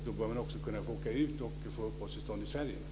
Då bör man också kunna få åka ut och få uppehållstillstånd i Sverige.